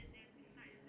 okay